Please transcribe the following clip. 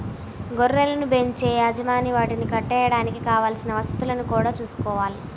గొర్రెలను బెంచే యజమాని వాటిని కట్టేయడానికి కావలసిన వసతులను గూడా చూసుకోవాలి